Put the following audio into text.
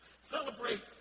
Celebrate